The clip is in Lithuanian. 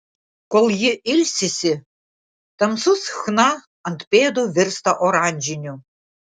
kol ji ilsisi tamsus chna ant pėdų virsta oranžiniu